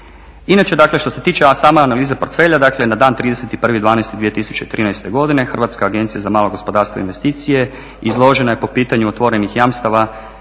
dakle što se tiče same analize portfelja, dakle na dan 31.12.2013. godine Hrvatska agencija za malo gospodarstvo i investicije izložena je po pitanju otvorenih jamstava